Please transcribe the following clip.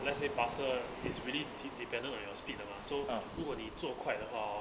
let's say parcel is really te~ dependent on your speed or not so 如果你做快的话 hor